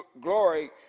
glory